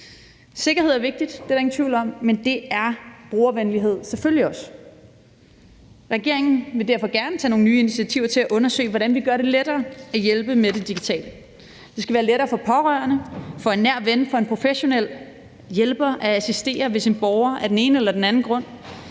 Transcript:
er der ingen tvivl om. Men det er brugervenlighed selvfølgelig også. Regeringen vil derfor gerne tage nogle nye initiativer til at undersøge, hvordan vi gør det lettere at hjælpe med det digitale. Det skal være lettere for pårørende, for en nær ven eller for en professionel hjælper at assistere, hvis en borger af den ene eller den anden grund